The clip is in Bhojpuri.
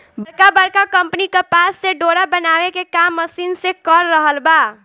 बड़का बड़का कंपनी कपास से डोरा बनावे के काम मशीन से कर रहल बा